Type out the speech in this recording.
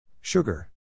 Sugar